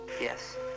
Yes